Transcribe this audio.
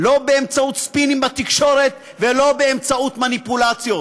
לא באמצעות ספינים בתקשורת ולא באמצעות מניפולציות.